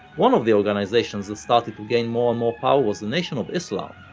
one of the organizations that started to gain more and more power was the nation of islam,